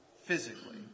Physically